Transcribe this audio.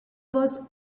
was